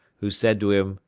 who said to him,